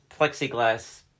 plexiglass